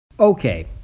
Okay